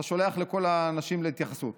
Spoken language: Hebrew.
אתה שולח לכל האנשים להתייחסות,